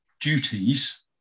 duties